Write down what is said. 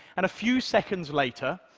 and a few seconds later,